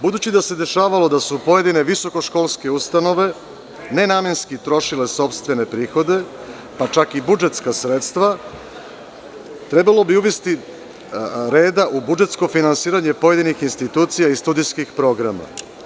Budući da se dešavalo da su pojedine visoko školske ustanove ne namenski trošile sopstvene prihode, pa čak i budžetska sredstva, trebalo bi uvesti red u budžetsko finansiranje pojedinih institucija i studenskih programa.